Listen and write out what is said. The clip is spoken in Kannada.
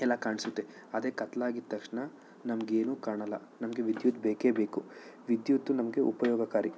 ಎಲ್ಲ ಕಾಣಿಸುತ್ತೆ ಅದೇ ಕತ್ಲಾಗಿದ್ದ ತಕ್ಷಣ ನಮಗೇನು ಕಾಣೋಲ್ಲ ನಮಗೆ ವಿದ್ಯುತ್ ಬೇಕೇ ಬೇಕು ವಿದ್ಯುತ್ ನಮಗೆ ಉಪಯೋಗಕಾರಿ